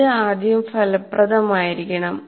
ഇത് ആദ്യം ഫലപ്രദമായിരിക്കണം